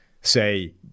say